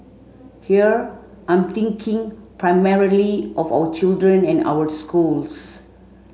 here I'm thinking primarily of our children and our schools